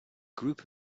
group